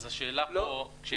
אז השאלה פה, לגבי